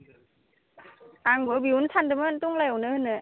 आंबो बेयावनो सान्दोंमोन टंलायावनो होनो